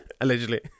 Allegedly